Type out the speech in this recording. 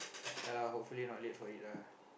ya lah hopefully not late for it lah